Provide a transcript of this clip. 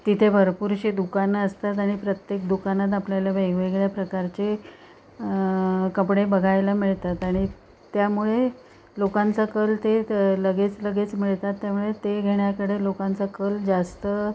तिथे भरपूरशी दुकानं असतात आणि प्रत्येक दुकानात आपल्याला वेगवेगळ्या प्रकारचे कपडे बघायला मिळतात आणि त्यामुळे लोकांचा कल ते लगेच लगेच मिळतात त्यामुळे ते घेण्याकडे लोकांचा कल जास्त